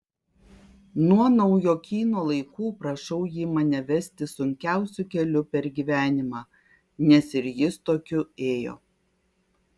nuo naujokyno laikų prašau jį mane vesti sunkiausiu keliu per gyvenimą nes ir jis tokiu ėjo